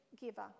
giver